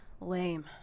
Lame